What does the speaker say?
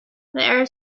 there